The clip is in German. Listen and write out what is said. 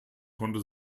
konnte